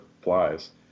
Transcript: flies